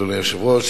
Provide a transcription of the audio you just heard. אדוני היושב-ראש,